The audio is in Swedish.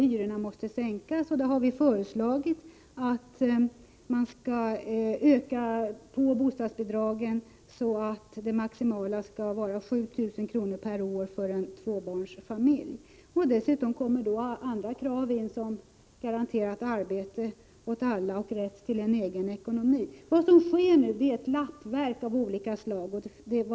Hyrorna måste sänkas. Vi har föreslagit att man skall öka bostadsbidragen så att det maximala skall vara 7 000 kr. per år för en tvåbarnsfamilj. Dessutom kommer andra krav in, som garanterat arbete åt alla och rätt till en egen ekonomi. Vad som sker nu är ett lappverk av olika slags åtgärder.